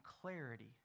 clarity